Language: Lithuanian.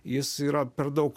jis yra per daug